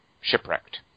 Shipwrecked